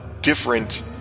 different